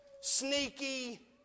sneaky